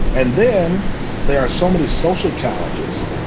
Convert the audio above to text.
and then there are so many social challenges.